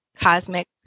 cosmic